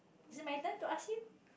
is it my turn to ask you